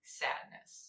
sadness